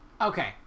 Okay